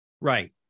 Right